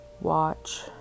watch